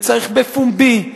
וצריך בפומבי,